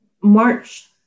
March